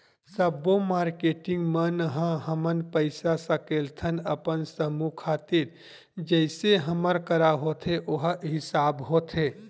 सब्बो मारकेटिंग मन ह हमन पइसा सकेलथन अपन समूह खातिर जइसे हमर करा होथे ओ हिसाब होथे